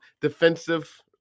defensive